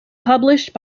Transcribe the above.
published